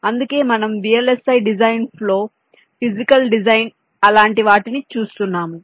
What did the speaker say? అందుకే మనం VLSI design flow physical design అలాంటి వాటిని చూస్తున్నాము